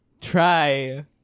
try